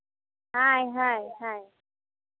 ᱦᱳᱭ ᱦᱳᱭ ᱦᱳᱭ